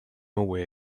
away